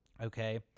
Okay